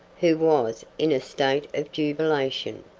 who was in a state of jubilation.